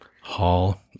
Hall